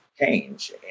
change